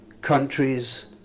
countries